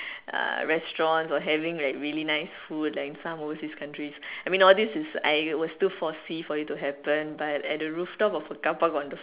a restaurants or having like really nice food like in some overseas countries I mean like all these is I'll still foresee for it to happen but at a rooftop of a car Park on the